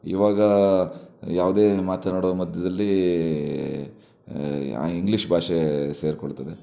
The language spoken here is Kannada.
ಇವಾಗ ಯಾವುದೇ ಮಾತನಾಡುವ ಮಧ್ಯದಲ್ಲಿ ಇಂಗ್ಲೀಷ್ ಭಾಷೆ ಸೇರಿಕೊಳ್ತದೆ